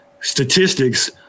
statistics